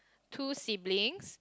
two siblings